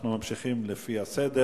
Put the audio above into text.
אנחנו ממשיכים לפי הסדר.